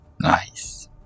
Nice